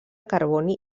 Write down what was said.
carboni